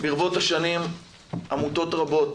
ברבות השנים עמותות רבות